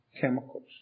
chemicals